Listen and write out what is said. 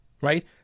right